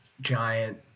Giant